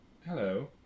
hello